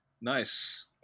nice